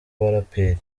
baraperi